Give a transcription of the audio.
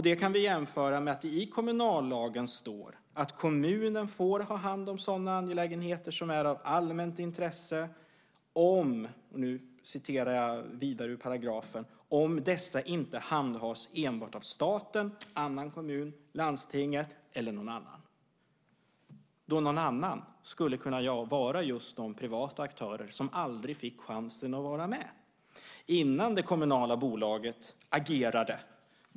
Det kan vi jämföra med att det i kommunallagen står att kommunen får ha hand om sådana angelägenheter som är av allmänt intresse om - nu citerar jag ur paragrafen - "dessa inte handhas enbart av staten, annan kommun, landstinget eller någon annan". "Någon annan" skulle kunna vara just de privata aktörer som aldrig fick chansen att vara med innan det kommunala bolaget agerade.